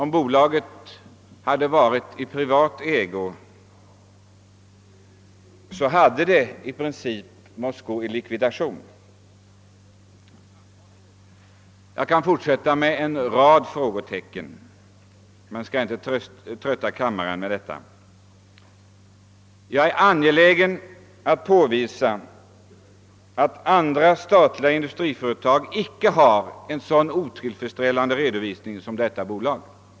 Om bolaget hade varit i privat ägo hade det i princip måste träda i likvidation. Det finns ytterligare en rad frågor som skulle kunna tas upp, men jag vill inte trötta kammaren med det. Jag är angelägen att framhålla att andra statliga industribolag icke har en så otillfredsställande redovisning som Durox.